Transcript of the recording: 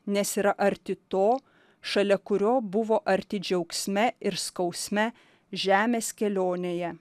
nes yra arti to šalia kurio buvo arti džiaugsme ir skausme žemės kelionėje